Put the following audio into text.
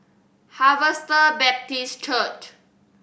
Harvester Baptist Church